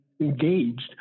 engaged